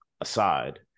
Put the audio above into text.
aside